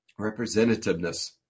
Representativeness